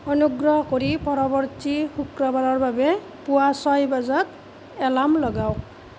অনুগ্ৰহ কৰি পৰৱৰ্তী শুক্ৰবাৰৰ বাবে পুৱা ছয় বজাত এলাৰ্ম লগাওঁক